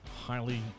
highly